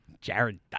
Jared